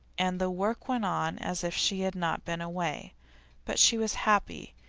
and the work went on as if she had not been away but she was happy,